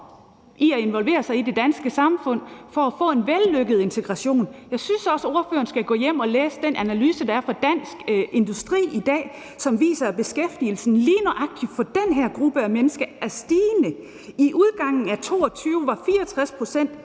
at involvere sig i det danske samfund for at få en vellykket integration. Jeg synes også, ordføreren skal gå hjem og læse den analyse, der er kommet fra Dansk Industri i dag, og som viser, at beskæftigelsen for lige nøjagtig den her gruppe af mennesker er stigende. Ved udgangen af 2022 var 64 pct.